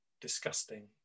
disgusting